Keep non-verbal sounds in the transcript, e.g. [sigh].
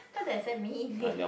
what does that mean [laughs]